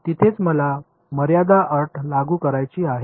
तिथेच मला मर्यादा अट लागू करायची आहे